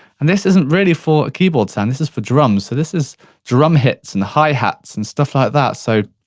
and this isn't really for a keyboard sound, this is for drums, so this is drum hits, and hi-hats, and stuff like that. so,